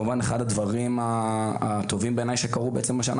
אחד הדברים הטובים בעיני שקרו בשנה